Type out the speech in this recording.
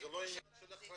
זה לא עניין של אחריות.